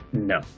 No